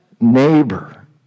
neighbor